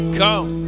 come